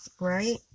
right